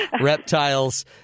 reptiles